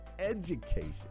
education